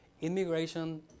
immigration